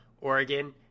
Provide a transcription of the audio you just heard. Oregon